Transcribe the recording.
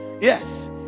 Yes